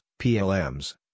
PLMs